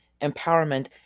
empowerment